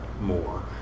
more